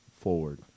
forward